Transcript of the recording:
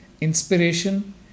inspiration